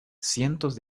cientos